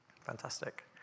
Fantastic